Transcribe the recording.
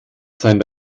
sein